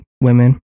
women